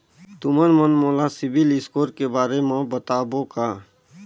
तुमन मन मोला सीबिल स्कोर के बारे म बताबो का?